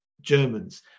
Germans